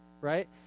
right